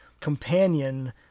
Companion